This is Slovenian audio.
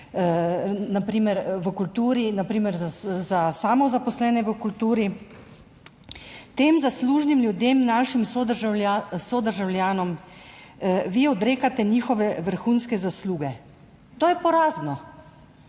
na primer v kulturi, na primer za samozaposlene v kulturi, tem zaslužnim ljudem, našim sodržavljanom, vi odrekate njihove vrhunske zasluge. To je porazno.